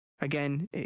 again